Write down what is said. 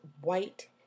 white